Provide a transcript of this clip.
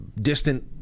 distant